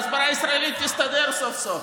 וההסברה הישראלית תסתדר סוף-סוף.